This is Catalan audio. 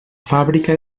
fàbrica